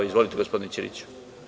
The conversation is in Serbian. Izvolite, gospodine Ćiriću.